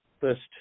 first